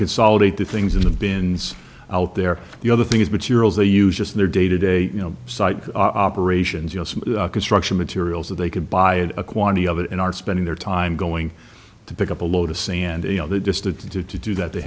consolidate the things in the bins out there the other thing is materials they used in their day to day you know site operations you know some construction materials that they could buy a quantity of it and are spending their time going to pick up a load of sand you know they just had to do to do that they